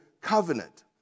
Covenant